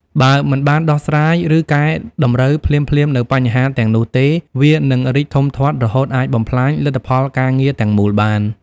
បើមិនបានដោះស្រាយ ឬកែតម្រូវភ្លាមៗនូវបញ្ហាទាំងនោះទេ វានឹងរីកធំធាត់ រហូតអាចបំផ្លាញលទ្ធផលការងារទាំងមូលបាន។